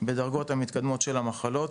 בדרגות המתקדמות של המחלות,